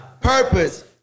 purpose